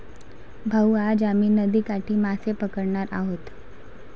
भाऊ, आज आम्ही नदीकाठी मासे पकडणार आहोत